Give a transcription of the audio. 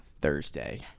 Thursday